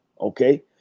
Okay